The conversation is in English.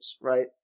right